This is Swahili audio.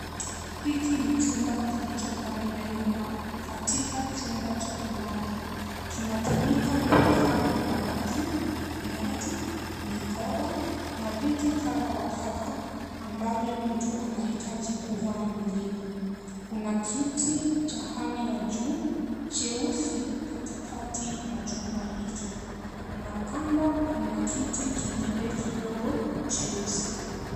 Hiki ni chumba kilicho ndani ya nyumba katika chumba cha kulala .Kinatumiwa kuhifadhi mavazi, viatu, mikoba na vitu kadha wa kadha ambavyo mtu anaitaji kuvaa mwilini. Kuna kiti cha hali ya juu cheusi kati ya chumba hicho. Na kando kuna kiti kingine kidogo cheusi.